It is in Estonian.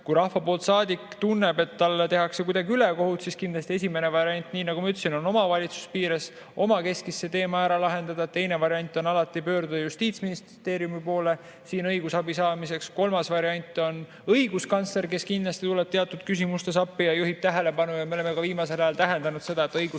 Kui rahva [valitud] saadik tunneb, et talle tehakse kuidagi ülekohut, siis kindlasti esimene variant, nii nagu ma ütlesin, on see omavalitsuse piires omakeskis ära lahendada. Teine variant on alati pöörduda Justiitsministeeriumi poole õigusabi saamiseks. Kolmas variant on õiguskantsler, kes kindlasti tuleb teatud küsimustes appi ja juhib tähelepanu. Me oleme viimasel ajal täheldanud, et õiguskantsler